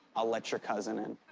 i'll let your cousin in.